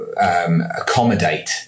accommodate